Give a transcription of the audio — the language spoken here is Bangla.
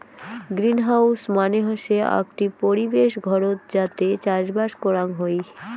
গ্রিনহাউস মানে হসে আকটি পরিবেশ ঘরত যাতে চাষবাস করাং হই